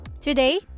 Today